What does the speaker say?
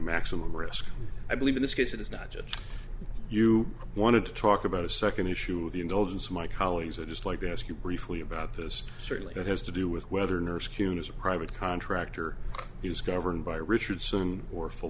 maximum risk i believe in this case it is not just you want to talk about a second issue of the indulgence of my colleagues i just like to ask you briefly about this certainly it has to do with whether nurse kune as a private contractor is governed by richard some or full